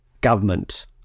government